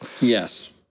Yes